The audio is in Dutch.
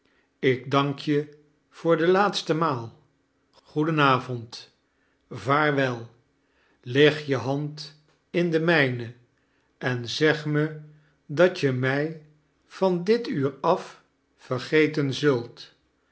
ik dank je voor de laatste maal goeden avond vaarwel leg je hand in de mijne en zeg me dat je mij van dit uur af vergeten zult